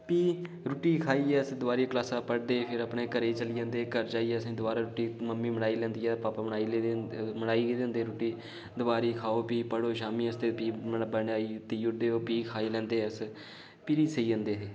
फ्ही रुट्टी खाइयै असें दबारा क्लासां पढ़दे फिर अपने घरे गी चली जंदे हे घर जाइयै असें दबारा रुट्टी मम्मी बनाई लैंदी ऐ पापा बनाई एदे होंदे रूट्टी दपैह्री खाओ पढ़ो शामी फ्ही बनाओ बनाइयै देई ओड़दे फ्ही खाई लैंदे अस ते फिरी सेई जंदे हे